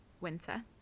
Winter